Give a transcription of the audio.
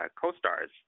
co-stars